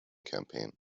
campaign